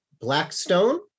Blackstone